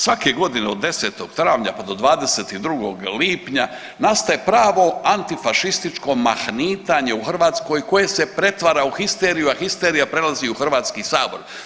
Svake godine od 10. travnja pa do 22. lipnja nastaje pravo antifašističko mahnitanje u Hrvatskoj koje se pretvara u histeriju, a histeriju prelazi u Hrvatski sabor.